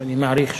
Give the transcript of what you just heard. אני מעריך שכך,